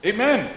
Amen